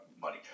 money